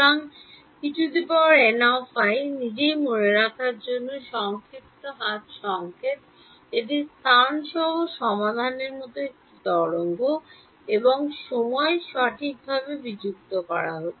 এবং En নিজেই মনে রাখার জন্য সংক্ষিপ্ত হাত সংকেত এটি স্থান সহ সমাধানের মতো একটি তরঙ্গ এবং সময় সঠিকভাবে বিযুক্ত করা হচ্ছে